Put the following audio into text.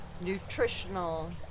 nutritional